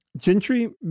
Gentry